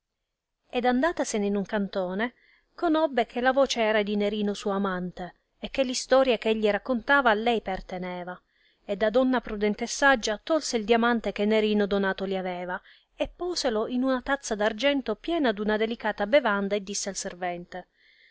ed andatasene in un cantone conobbe che la voce era di nerino suo amante e che l'istoria ch'egli raccontava a lei perteneva e da donna prudente e saggia tolse il diamante che nerino donato li aveva e poselo in una tazza d'argento piena d'una delicata bevanda e disse al servente